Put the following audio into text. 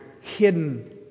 hidden